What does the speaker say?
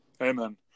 Amen